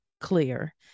clear